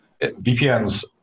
VPNs